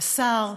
השר,